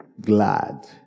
glad